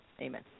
Amen